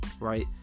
Right